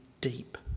deep